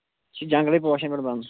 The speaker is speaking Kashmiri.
یہِ چھُ جنٛگلٕے پوشَن پٮ۪ٹھ بنان